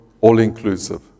all-inclusive